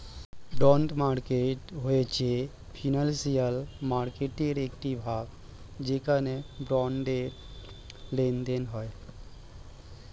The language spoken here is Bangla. বন্ড মার্কেট হয়েছে ফিনান্সিয়াল মার্কেটয়ের একটি ভাগ যেখানে বন্ডের লেনদেন হয়